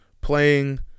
playing